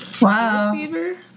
wow